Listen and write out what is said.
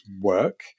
work